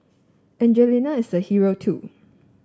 Angelina is a hero too